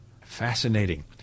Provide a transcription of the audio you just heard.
fascinating